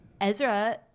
Ezra